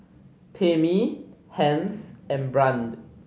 Tamie Hence and Brande